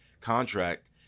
contract